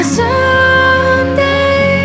someday